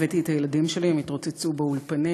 הבאתי את הילדים שלי, הם התרוצצו באולפנים.